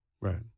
Right